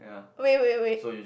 wait wait wait